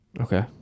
Okay